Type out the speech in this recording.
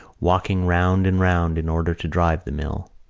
walking round and round in order to drive the mill.